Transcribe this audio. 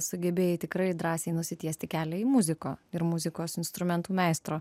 sugebėjai tikrai drąsiai nusitiesti kelią į muziko ir muzikos instrumentų meistro